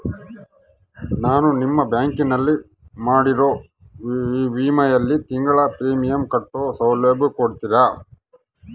ನಾನು ನಿಮ್ಮ ಬ್ಯಾಂಕಿನಲ್ಲಿ ಮಾಡಿರೋ ವಿಮೆಯಲ್ಲಿ ತಿಂಗಳ ಪ್ರೇಮಿಯಂ ಕಟ್ಟೋ ಸೌಲಭ್ಯ ಕೊಡ್ತೇರಾ?